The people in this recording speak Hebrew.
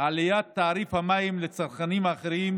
עליית תעריף המים לצרכנים האחרים,